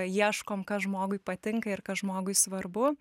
ieškom kas žmogui patinka ir kas žmogui svarbu